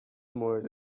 مورد